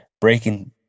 breaking